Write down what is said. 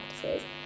practices